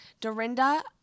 Dorinda